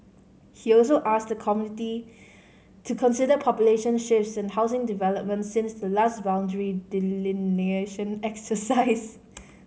he also asked the committee to consider population shifts and housing developments since the last boundary delineation exercise